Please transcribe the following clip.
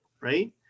right